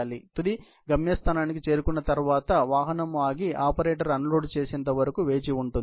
కాబట్టి తుది గమ్యస్థానానికి చేరుకున్న తరువాత వాహనం ఆగి ఆపరేటర్ అన్లోడ్ చేసేంత వరకు వేచి ఉంటుంది